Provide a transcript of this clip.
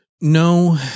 No